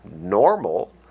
normal